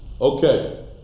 Okay